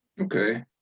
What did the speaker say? Okay